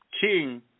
king